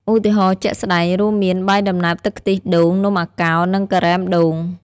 ឧទាហរណ៍ជាក់ស្ដែងរួមមាន បាយដំណើបទឹកខ្ទិះដូង នំអាកោរ និង ការ៉េមដូង។